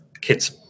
kids